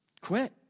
quit